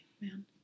man